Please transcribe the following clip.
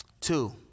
Two